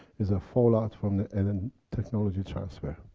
it's a fall-out from the and and technology transfer.